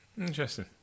Interesting